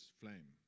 flame